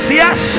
yes